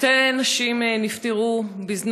שתי נשים בזנות